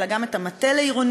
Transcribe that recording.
אלא גם את המטה לעירוניות,